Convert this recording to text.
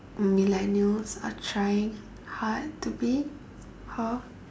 millennials are trying hard to be her